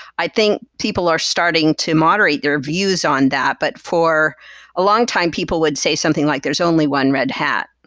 i think people are starting to moderate their views on that, but for a long-time people would say something like there's only one red hat.